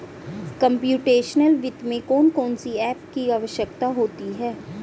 computational वित्त में कौन कौन सी एप की आवश्यकता होती है